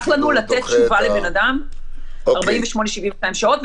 לתת תשובה לבן אדם לקח לנו 72-48 שעות,